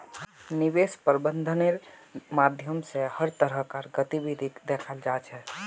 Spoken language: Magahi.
निवेश प्रबन्धनेर माध्यम स हर तरह कार गतिविधिक दखाल जा छ